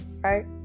right